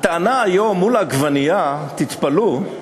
הטענה היום מול העגבנייה, תתפלאו,